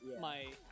my-